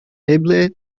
eble